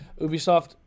Ubisoft